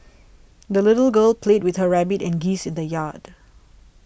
the little girl played with her rabbit and geese in the yard